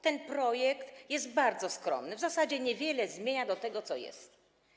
Ten projekt jest bardzo skromny, w zasadzie niewiele zmienia odnośnie do tego, co jest.